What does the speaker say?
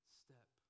step